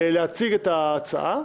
להציג את ההצעה.